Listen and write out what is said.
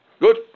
Good